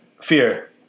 Fear